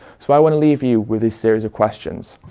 so i want to leave you with this series of questions.